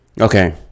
Okay